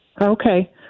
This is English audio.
Okay